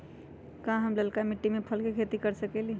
का हम लालका मिट्टी में फल के खेती कर सकेली?